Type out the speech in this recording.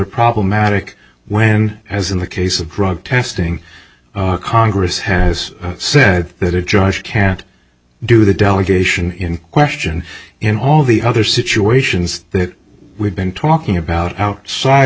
problematic when as in the case of drug testing congress has said that a judge can't do the delegation in question in all the other situations that we've been talking about outside